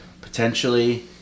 potentially